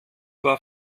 war